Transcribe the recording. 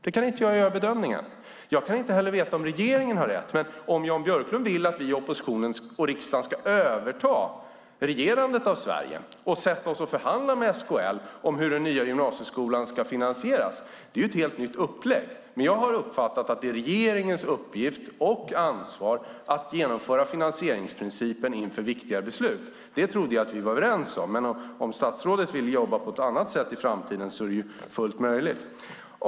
Jag kan heller inte veta om regeringen har rätt, men om Jan Björklund vill att vi i oppositionen här i riksdagen ska överta regerandet av Sverige och förhandla med SKL om hur den nya gymnasieskolan ska finansieras är det ett helt nytt upplägg. Jag har dock uppfattat att det är regeringens uppgift och ansvar att genomföra finansieringsprincipen inför viktiga beslut. Det trodde jag att vi var överens om, men om statsrådet vill jobba på ett annat sätt i framtiden är det förstås fullt möjligt.